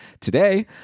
today